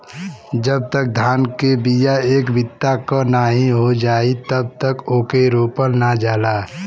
जब तक धान के बिया एक बित्ता क नाहीं हो जाई तब तक ओके रोपल ना जाला